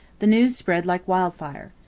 the news spread like wildfire.